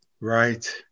Right